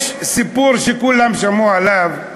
יש סיפור שכולם שמעו עליו,